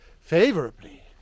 favorably